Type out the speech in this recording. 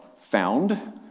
found